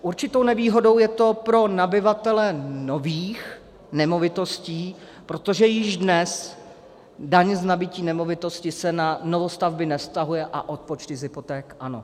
Určitou nevýhodou je to pro nabyvatele nových nemovitostí, protože již dnes daň z nabytí nemovitosti se na novostavby nevztahuje a odpočty z hypoték ano.